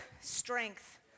strength